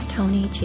Tony